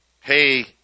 Hey –